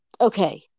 Okay